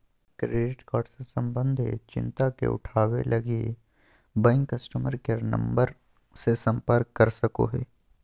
credit card से संबंधित चिंता के उठावैय लगी, बैंक कस्टमर केयर नम्बर से संपर्क कर सको हइ